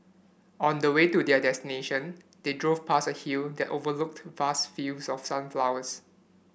on the way to their destination they drove past a hill that overlooked vast fields of sunflowers